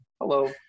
Hello